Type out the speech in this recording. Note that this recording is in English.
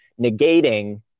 negating